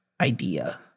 idea